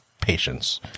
patience